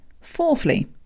Fourthly